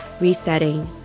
resetting